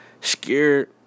scared